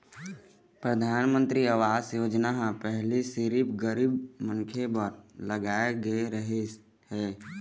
परधानमंतरी आवास योजना ह पहिली सिरिफ गरीब मनखे बर लाए गे रहिस हे